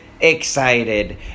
excited